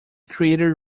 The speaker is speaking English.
created